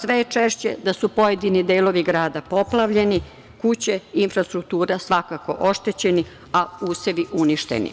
sve je češće da su pojedini delovi grada poplavljeni, kuće, infrastruktura svakako oštećene, a usevi uništeni.